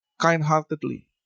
kind-heartedly